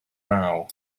naw